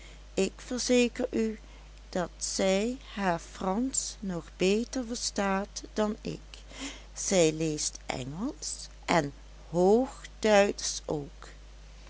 ik verzeker u dat zij haar fransch nog beter verstaat dan ik zij leest engelsch en hoogduitsch ook